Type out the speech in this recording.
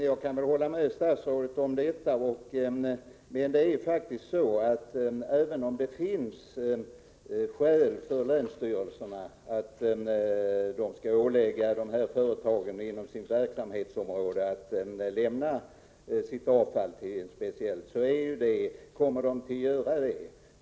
Herr talman! Jag kan hålla med statsrådet om detta. Även om det finns skäl för länsstyrelserna att föreskriva för dessa företag hur de skall hantera sitt avfall, är det inte säkert att de gör det.